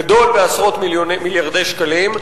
גדול בעשרות מיליארדי שקלים,